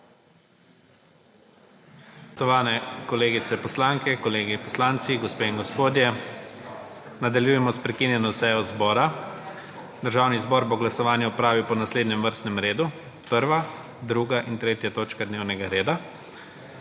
nadaljujemo s prekinjeno sejo zbora. Državni zbor bo glasovanje opravil po naslednjem vrstnem redu: 1., 2. in 3. točka dnevnega reda.